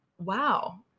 wow